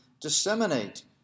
disseminate